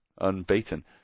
unbeaten